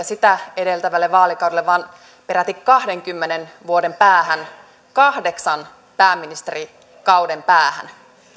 sitä edeltävälle vaalikaudelle vaan peräti kahdenkymmenen vuoden päähän kahdeksan pääministerikauden päähän